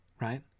right